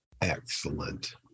excellent